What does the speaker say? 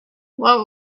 what